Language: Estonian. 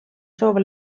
soov